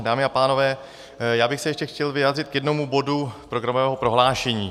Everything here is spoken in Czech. Dámy a pánové, já bych se ještě chtěl vyjádřit k jednomu bodu programového prohlášení.